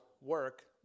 work